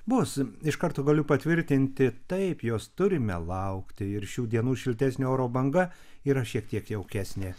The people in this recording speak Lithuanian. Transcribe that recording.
bus iš karto galiu patvirtinti taip jos turime laukti ir šių dienų šiltesnio oro banga yra šiek tiek jaukesnė